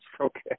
Okay